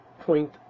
point